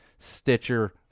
Stitcher